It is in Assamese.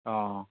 অঁ